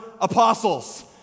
Apostles